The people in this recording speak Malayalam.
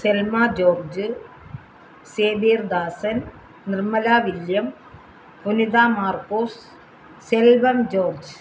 Selma George Xavier Dasan Nirmala William Punitha Marcos Selvam George